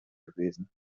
gewesen